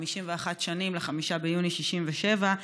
51 שנים ל-5 ביוני 67',